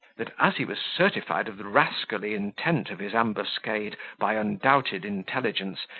that, as he was certified of the rascally intent of his ambuscade by undoubted intelligence,